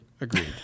Agreed